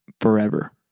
forever